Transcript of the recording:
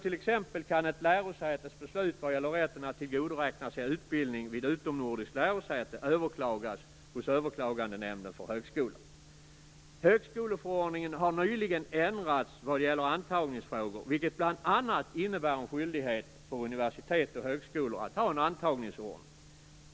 T.ex. kan ett lärosätes beslut vad gäller rätten att tillgodoräkna sig utbildning vid utomnordiskt lärosäte överklagas hos Överklagandenämnden för högskolan. Högskoleförordningen har nyligen ändrats vad gäller antagningsfrågor, vilket bl.a. innebär en skyldighet för universitet och högskolor att ha en antagningsordning.